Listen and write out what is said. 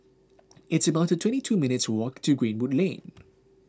it's about twenty two minutes' walk to Greenwood Lane